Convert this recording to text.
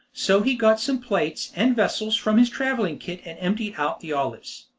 so he got some plates and vessels from his travelling kit and emptied out the olives.